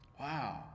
Wow